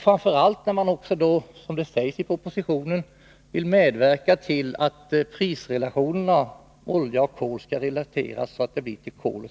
Framför allt vill man ju, som sägs i propositionen, medverka till att det när det gäller prisrelationerna mellan olja och kol skall vara fördelaktigare med kol. I